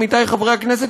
עמיתי חברי הכנסת,